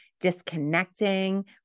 disconnecting